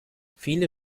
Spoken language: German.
viele